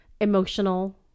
emotional